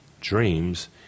dreams